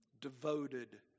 Devoted